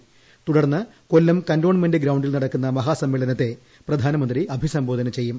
്തുടർന്ന് Kollam cantonment ഗ്രൌണ്ടിൽ നടക്കുന്ന മഹാസമ്മേളനത്തെ പ്രിയാനമന്ത്രി അഭിസംബോധന ചെയ്യും